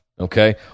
Okay